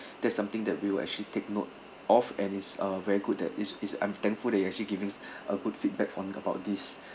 that's something that we will actually take note of and is a very good that is is I'm thankful that you're actually giving a good feedback from about this